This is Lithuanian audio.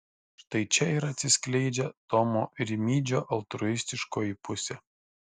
štai čia ir atsiskleidžia tomo rimydžio altruistiškoji pusė